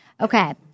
Okay